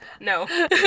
No